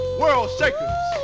world-shakers